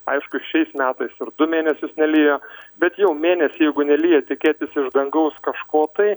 aišku šiais metais ir du mėnesius nelijo bet jau mėnesį jeigu nelyja tikėtis iš dangaus kažko tai